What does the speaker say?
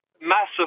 Massive